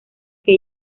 que